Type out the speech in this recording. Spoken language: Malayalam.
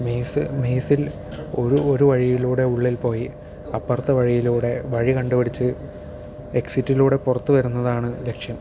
മെയ്സ് മെയ്സിൽ ഒരു വഴിയിലൂടെ ഉള്ളിൽ പോയി അപ്പുറത്ത വഴിയിലൂടെ വഴി കണ്ട് പിടിച്ച് എക്സിറ്റിലൂടെ പുറത്ത് വരുന്നതാണ് ലക്ഷ്യം